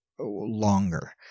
longer